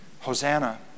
Hosanna